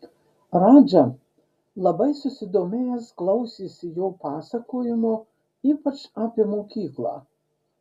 radža labai susidomėjęs klausėsi jo pasakojimo ypač apie mokyklą